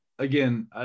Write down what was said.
again